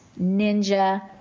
ninja